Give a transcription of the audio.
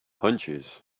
hunches